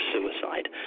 Suicide